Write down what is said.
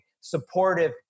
supportive